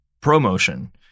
ProMotion